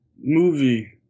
movie